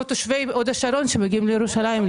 אנחנו תושבי הוד השרון שמגיעים לירושלים, לכנסת.